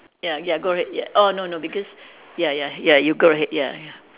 ya ya go ahead ya oh no no because ya ya ya you go ahead ya ya